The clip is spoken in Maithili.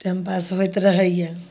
टाइम पास होइत रहैया